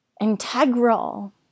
integral